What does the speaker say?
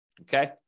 okay